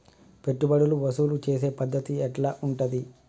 పెట్టుబడులు వసూలు చేసే పద్ధతి ఎట్లా ఉంటది?